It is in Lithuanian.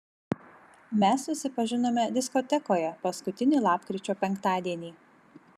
mes susipažinome diskotekoje paskutinį lapkričio penktadienį